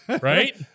Right